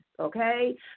Okay